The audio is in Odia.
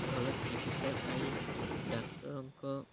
ଭଲ ଚିକିତ୍ସା ପାଇଁ ଡାକ୍ତରଙ୍କ